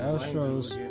Astros